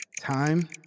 Time